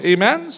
Amen